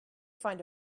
find